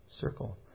circle